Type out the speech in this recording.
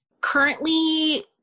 Currently